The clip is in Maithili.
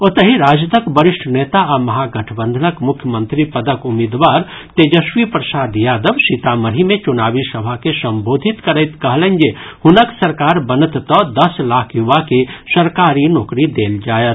ओतहि राजदक वरिष्ठ नेता आ महागठबंधनक मुख्यमंत्री पदक उम्मीदवार तेजस्वी प्रसाद यादव सीतामढ़ी मे चुनावी सभा के संबोधित करैत कहलनि जे हुनक सरकार बनत तऽ दस लाख युवा के सरकारी नोकरी देल जायत